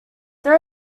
there